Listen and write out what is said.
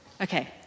Okay